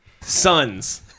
sons